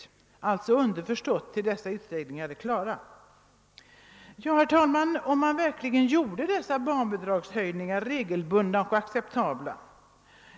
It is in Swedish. Det är därvid underförstått att man avser tiden fram till dess att utredningarna ligger klara. Ja, herr talman, om dessa barnbidragshöjningar verkligen genomfördes regelbundet och i acceptabel form